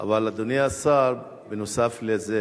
לא יעלה על הדעת שכמות כל כך גדולה של אנשים,